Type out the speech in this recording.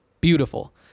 beautiful